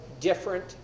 different